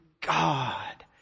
God